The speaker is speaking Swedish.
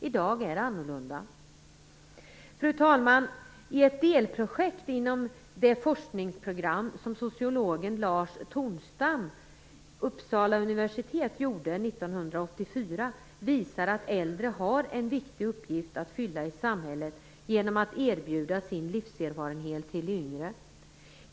I dag är det annorlunda. Fru talman! Ett delprojekt inom det forskningsprogram som sociologen Lars Tornstam, Uppsala universitet, gjorde 1984 visar att äldre har en viktig uppgift att fylla i samhället genom att erbjuda sin livserfarenhet till de yngre.